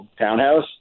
townhouse